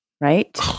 Right